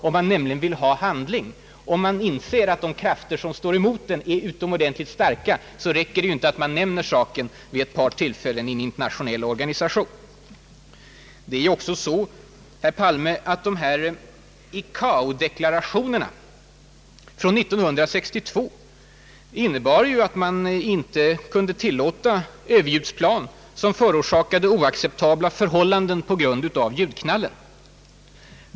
Om man vill ha handling och inser att de krafter som står emot är utomordentligt starka räcker det inte med att man nämner saken vid ett par tillfällen i en internationell organisation. Det är också så, herr Palme, att ICAO-deklarationerna från 1962 innebar att man inte kunde tillåta överljudsplan som förorsakade »oacceptabla förhållanden på grund av ljudknallen».